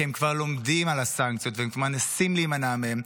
כי הם כבר לומדים על הסנקציות והם מנסים להימנע מהן,